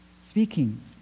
speaking